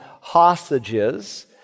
hostages